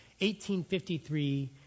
1853